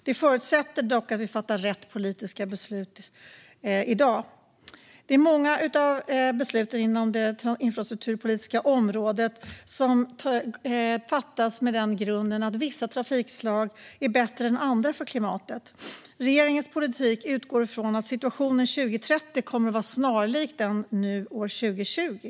Detta förutsätter dock att vi fattar rätt politiska beslut i dag. Många beslut inom det infrastrukturpolitiska området fattas utifrån grunden att vissa trafikslag är bättre än andra för klimatet. Regeringens politik utgår från att situationen år 2030 kommer att vara snarlik den år 2020.